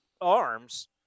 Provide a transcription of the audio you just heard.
arms